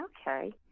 Okay